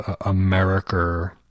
America